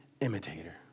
imitator